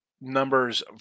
numbers